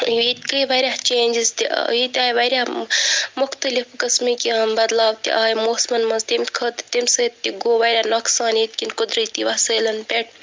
ییٚتہِ گٔیہِ وارِیاہ چینجِز تہِ ییٚتہِ آیہِ وارِیاہ مُختلِف قسمٕکۍ بَدلاو تہِ آیہِ موسمَن منٛز تَمہِ خٲطرٕ تَمہِ سٍتۍ تہِ گوٚو وارِیاہ نۅقصان ییٚتہِ کٮ۪ن قۅدرٔتی وَسیٖلَن پٮ۪ٹھ